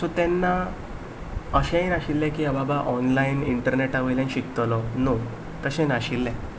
so तेन्ना अशेंय नाशिल्लें की बाबा ऑनलायन इंटरनेटा वयल्यान शिकतलो नो तशें नाशिल्लें